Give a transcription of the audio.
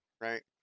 right